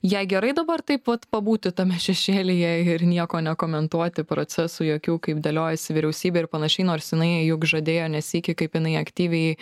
jai gerai dabar taip vat pabūti tame šešėlyje ir nieko nekomentuoti procesų jokių kaip dėliojasi vyriausybė ir panašiai nors jinai juk žadėjo ne sykį kaip jinai aktyviai